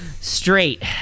straight